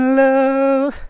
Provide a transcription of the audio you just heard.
love